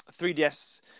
3DS